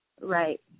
right